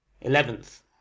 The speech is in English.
Eleventh